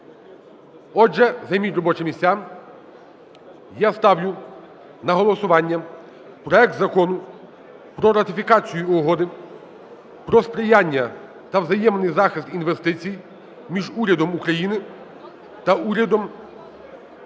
отже, займіть робочі місця. Я ставлю на голосуванняпроект Законупро ратифікацію Угоди про сприяння та взаємний захист інвестицій між Урядом України та Урядом...